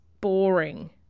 boring